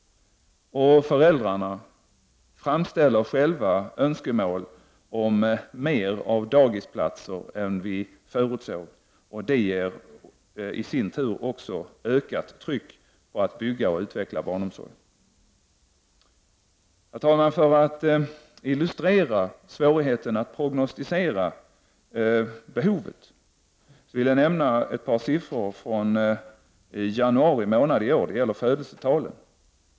Föräldrarna framställer själva önskemål om fler daghemsplatser än vad vi förutsåg. Också detta har lett till ökat tryck på att bygga och utveckla barnomsorgen. Herr talman! För att illustrera svårigheten att prognosticera behovet vill jag nämna några siffror från januari månad i år — det gäller födelsetalen.